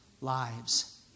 lives